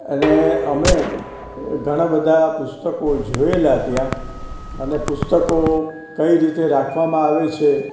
અને અમે ઘણાબધા પુસ્તકો જોએલા ત્યાં અને પુસ્તકો કઈ રીતે રાખવામાં આવે છે